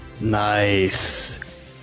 nice